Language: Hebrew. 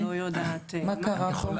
מה קרה פה?